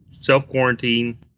self-quarantine